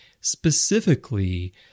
Specifically